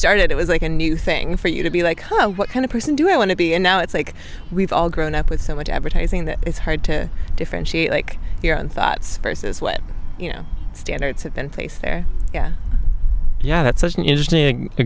started it was like a new thing for you to be like what kind of person do i want to be and now it's like we've all grown up with so much advertising that it's hard to differentiate like your own thoughts versus what you know standards have been placed there yeah yeah that's such an interesting